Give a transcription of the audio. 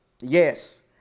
Yes